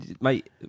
mate